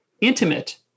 intimate